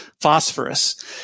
phosphorus